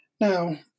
Now